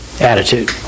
attitude